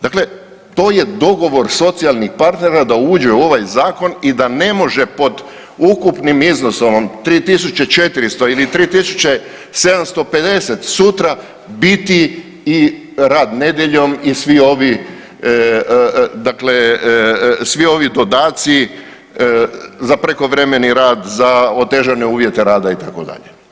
Dakle, to je dogovor socijalnih partnera da uđe u ovaj Zakon i da ne može pod ukupnih iznosom 3 500 ili 3 750 sutra biti i rad nedjeljom i svi ovi dakle, svi ovi dodaci za prekovremeni rad, za otežane uvjete rada, itd.